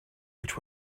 which